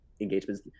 engagements